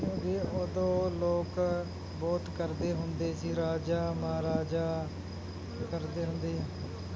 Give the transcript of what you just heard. ਉਦੋਂ ਲੋਕ ਬਹੁਤ ਕਰਦੇ ਹੁੰਦੇ ਸੀ ਰਾਜਾ ਮਹਾਰਾਜਾ ਕਰਦੇ ਹੁੰਦੇ